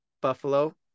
buffalo